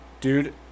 dude